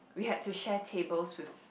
we had to share tables with